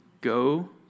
go